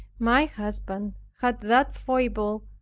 my husband had that foible,